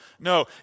no